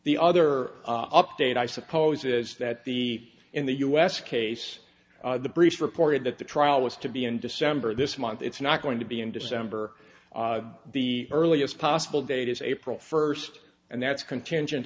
the other update i suppose is that the in the us case the british reported that the trial was to be in december this month it's not going to be in december the earliest possible date is april first and that's contingent